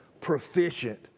proficient